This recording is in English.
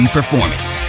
performance